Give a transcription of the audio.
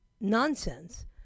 nonsense